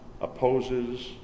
opposes